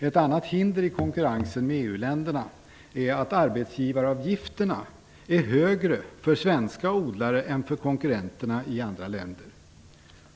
Ett annat hinder i konkurrensen med EU-länderna är att arbetsgivaravgifterna är högre för svenska odlare än för konkurrenterna i andra länder.